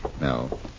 No